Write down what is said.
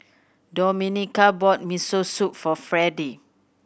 Domenica bought Miso Soup for Fredy